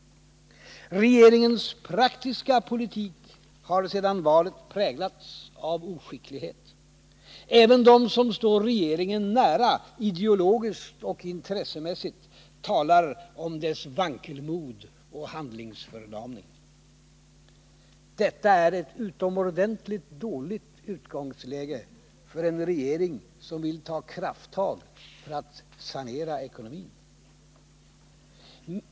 Regeringens praktiska politik har sedan valet präglats av oskicklighet. Även de som står regeringen nära, ideologiskt och intressemässigt, talar om dess vankelmod och handlingsförlamning. Det är ett utomordentligt dåligt utgångsläge för en regering som vill ta krafttag för att sanera ekonomin.